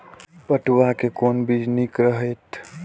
पटुआ के कोन बीज निक रहैत?